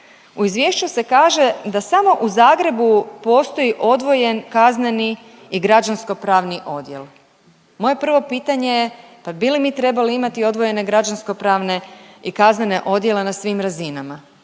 U izvješću se kaže da samo u Zagrebu postoji odvojen kazneni i građanskopravni odjel. Moje prvo pitanje je, pa bi li mi trebali imati odvojene građanskopravne i kaznene odjele na svim razinama